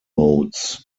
modes